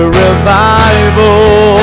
revival